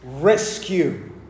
rescue